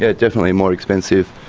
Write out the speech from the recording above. ah definitely more expensive,